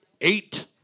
eight